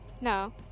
No